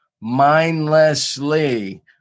mindlessly